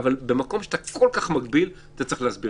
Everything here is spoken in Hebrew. במקום שאתה כל כך מגביל אתה צריך להסביר.